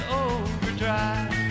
overdrive